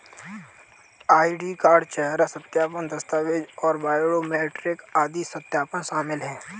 ID card, चेहरा सत्यापन, दस्तावेज़ और बायोमेट्रिक आदि सत्यापन शामिल हैं